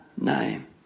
name